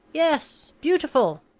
yes, beautiful,